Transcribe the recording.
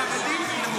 הוקפאו.